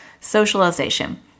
socialization